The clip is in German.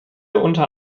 unter